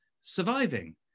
surviving